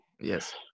Yes